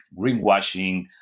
greenwashing